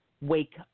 wake